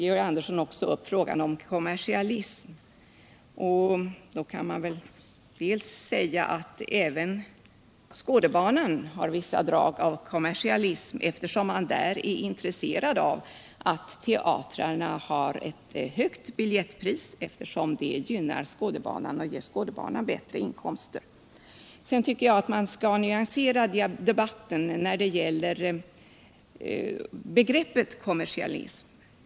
Georg Andersson tog också upp frågan om kommersialism, och man kan väl säga att även Skådebanan har vissa drag av kommersialism. Den är intresserad av att teatrarna har höga biljettpriser, eftersom det ger Skådebanan bättre inkomster. Jag tycker vidare att man skulle nyansera debatten om begreppet kommersialism.